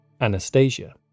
Anastasia